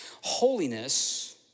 Holiness